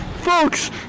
folks